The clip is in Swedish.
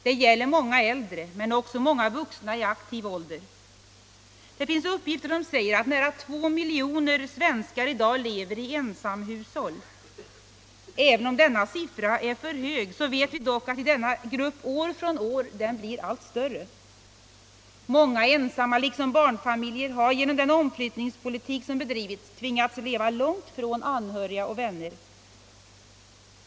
Det gäller många äldre men också många vuxna i aktiv ålder. Det finns uppgifter som säger att nära två miljoner Allmänpolitisk debatt Allmänpolitisk debatt svenskar i dag lever i ensamhushåll. Även om den siffran är för hög så vet vi dock att denna grupp år från år blir allt större. Många ensamma liksom barnfamiljer har genom den omflyttningspolitik som bedrivits tvingats leva långt från anhöriga och vänner.